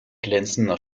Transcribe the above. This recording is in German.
glänzender